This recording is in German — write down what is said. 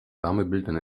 wärmebildern